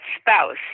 spouse